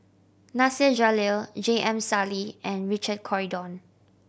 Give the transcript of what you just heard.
Nasir Jalil J M Sali and Richard Corridon